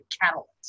catalyst